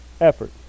effort